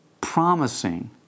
promising